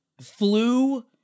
flew